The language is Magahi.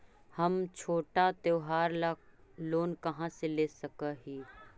हम छोटा त्योहार ला लोन कहाँ से ले सक ही?